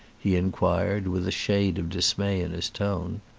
he inquired with a shade of dismay in his tone.